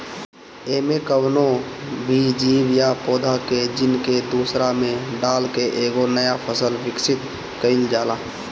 एमे कवनो भी जीव या पौधा के जीन के दूसरा में डाल के एगो नया फसल विकसित कईल जाला